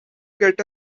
get